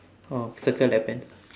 oh circle that pants